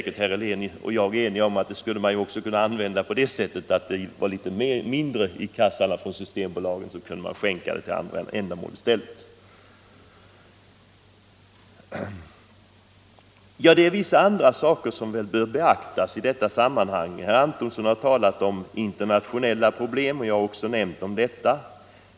Herr Helén och jag är säkerligen överens om att om det blev litet mindre i kassarna 55 från Systembolagets butiker kunde man skänka pengarna till andra ändamål i stället. Vissa andra frågor bör beaktas i detta sammanhang. Herr Antonsson har talat om internationella problem, och jag har också nämnt dem.